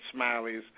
Smileys